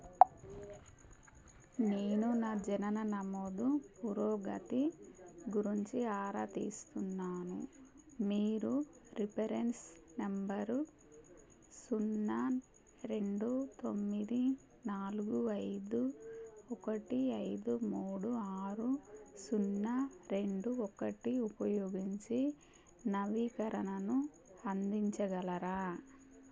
నేను నా జనన నమోదు పురోగతి గురించి ఆరా తీస్తున్నాను మీరు రిఫరెన్స్ నంబరు సున్నా రెండు తొమ్మిది నాలుగు ఐదు ఒకటి ఐదు మూడు ఆరు సున్నా రెండు ఒకటి ఉపయోగించి నవీకరణను అందించగలరా